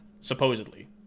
supposedly